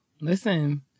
Listen